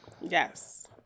Yes